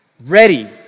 ready